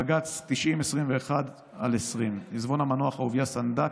בג"ץ 9021/20 עיזבון המנוח אהוביה סנדק,